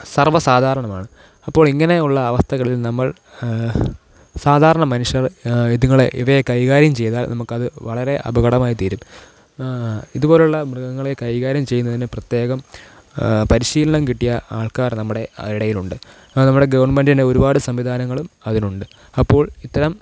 സര്വ്വസാധാരണമാണ് അപ്പോൾ ഇങ്ങനെ ഉള്ള അവസ്ഥകളില് നമ്മള് സാധാരണ മനുഷ്യര് ഇതുങ്ങളെ ഇവയെ കൈകാര്യം ചെയ്താല് നമുക്കത് വളരെ അപകടമായി തീരും ഇതുപോലുള്ള മൃഗങ്ങളെ കൈകാര്യം ചെയ്യുന്നതിന് പ്രത്യേകം പരിശീലനം കിട്ടിയ ആള്ക്കാര് നമ്മുടെ ഇടയിലുണ്ട് അത് നമ്മുടെ ഗവണ്മെന്റിന്റെ ഒരുപാട് സംവിധാനങ്ങളും അതിനുണ്ട് അപ്പോള് ഇത്തരം